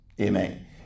Amen